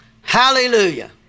Hallelujah